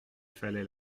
fallait